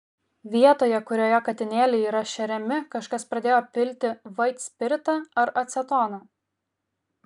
vietoje kurioje katinėliai yra šeriami kažkas pradėjo pilti vaitspiritą ar acetoną